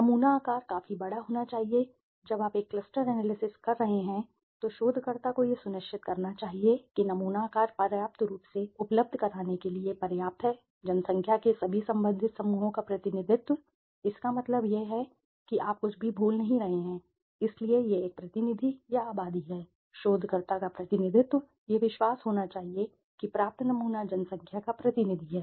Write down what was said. नमूना आकार काफी बड़ा होना चाहिए हाँ जब आप एक क्लस्टर एनालिसिस कर रहे हैं जो आपको चाहिए तो शोधकर्ता को यह सुनिश्चित करना चाहिए कि नमूना आकार पर्याप्त रूप से उपलब्ध कराने के लिए पर्याप्त है जनसंख्या के सभी संबंधित समूहों का प्रतिनिधित्व इसका मतलब है कि आप कुछ भी भूल नहीं रहे हैं इसलिए यह एक प्रतिनिधि या आबादी है शोधकर्ता का प्रतिनिधित्व यह विश्वास होना चाहिए कि प्राप्त नमूना जनसंख्या का प्रतिनिधि है